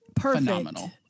phenomenal